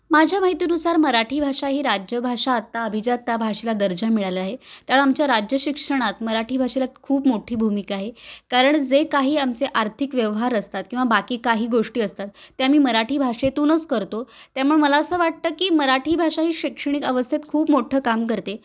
माझ्या माहितीनुसार मराठी भाषा ही राज्यभाषा आत्ता अभिजात त्या भाषेला दर्जा मिळाल्या आहे आमच्या राज्य शिक्षणात मराठी भाषेला खूप मोठी भूमिका आहे कारण जे काही आमचे आर्थिक व्यवहार असतात किंवा बाकी काही गोष्टी असतात ते आम्ही मराठी भाषेतूनच करतो त्यामुळे मला असं वाटतं की मराठी भाषा ही शैक्षणिक अवस्थेत खूप मोठं काम करते